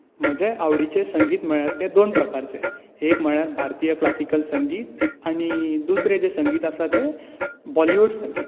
म्हजें आवडीचें संगीत म्हणल्यार तें दोन प्रकारचें एक म्हणल्यार भारतीय क्लासिकल संगीत आनी दुसरें जें संगीत आसा तें बॉलीवूड संगीत